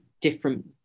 different